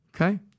okay